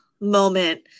moment